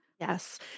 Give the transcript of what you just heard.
Yes